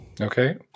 Okay